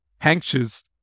anxious